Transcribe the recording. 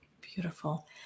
Beautiful